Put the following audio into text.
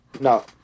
No